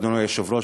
אדוני היושב-ראש,